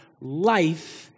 life